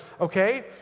okay